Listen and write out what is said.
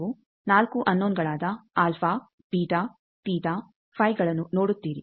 ನೀವು 4 ಅನ್ನೋನಗಳಾದ alpha beta theta phi ಗಳನ್ನು ನೋಡುತ್ತೀರಿ